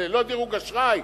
לא דירוג אשראי,